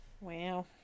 Wow